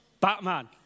Batman